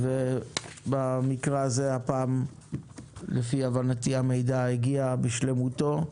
ובמקרה הזה, הפעם המידע הגיע בשלמותו,